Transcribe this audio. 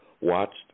watched